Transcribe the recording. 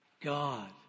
God